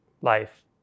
life